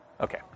Okay